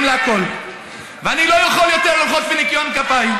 לכול ואני לא יכול יותר לרחוץ בניקיון כפיי,